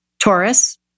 Taurus